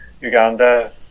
Uganda